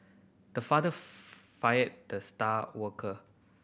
the father fired the star worker